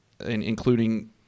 including